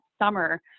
summer